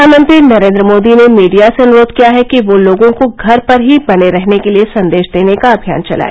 प्रधानमंत्री नरेंद्र मोदी ने मीडिया से अनुरोध किया है कि वह लोगों को घर पर ही बने रहने के लिए संदेश देने का अमियान चलाए